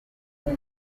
wari